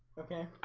okay?